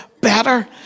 better